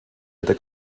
это